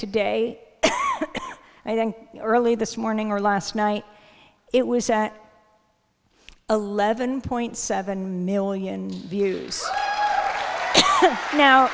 today i think early this morning or last night it was eleven point seven million views now